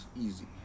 easy